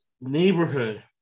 neighborhood